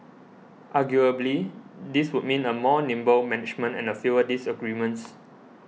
arguably this would mean a more nimble management and a fewer disagreements